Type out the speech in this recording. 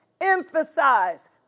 emphasize